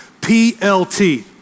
P-L-T